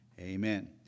Amen